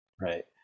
right